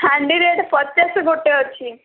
ହାଣ୍ଡି ରେଟ୍ ପଚାଶ ଠୁ ଗୋଟେ ଅଛି